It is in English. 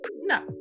no